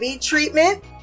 treatment